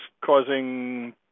causing